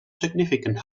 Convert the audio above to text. significant